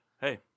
Hey